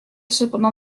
cependant